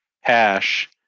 hash